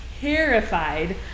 terrified